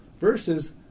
versus